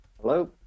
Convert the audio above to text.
Hello